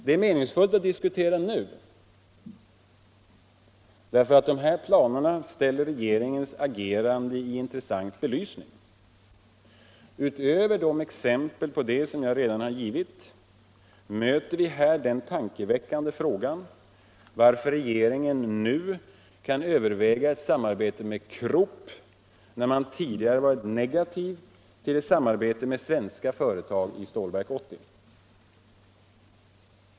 Det är meningsfullt att diskutera nu därför att dessa planer ställer regeringens agerande i en intressant belysning. Utöver de exempel på det som jag redan har givit möter vi här den tankeväckande frågan varför regeringen nu kan överväga ett samarbete med Krupp när man tidigare varit negativ till ett samarbete med svenska företag i Stålverk 80.